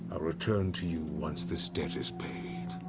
ah return to you once this debt is paid.